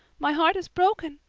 my heart is broken.